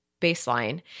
Baseline